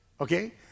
okay